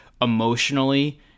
emotionally